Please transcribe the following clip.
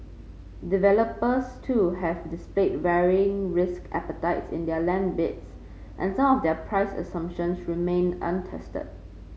developers too have displayed varying risk appetites in their land bids and some of their price assumptions remain untested